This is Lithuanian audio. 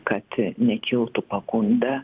kad nekiltų pagunda